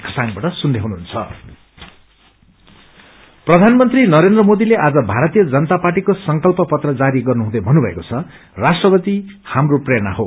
संकल्प पत्र प्रधानमन्त्री नरेन्द्र मोदीले आज भारतीय जनता पार्टीको संकल्प पत्र जारी गर्नुहुँदै भन्नुभएको छ राष्ट्रवादी हाम्रो प्रेरणा हो